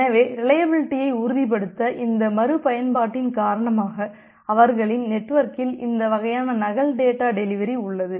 எனவே ரிலையபிலிட்டியை உறுதிப்படுத்த இந்த மறுபயன்பாட்டின் காரணமாக அவர்களின் நெட்வொர்க்கில் இந்த வகையான நகல் டேட்டா டெலிவரி உள்ளது